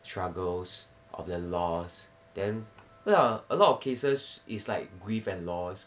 struggles of their lost then 不知道 a lot of cases is like grief and lost